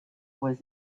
was